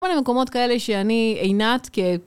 כל המקומות כאלה שאני עינת, כ...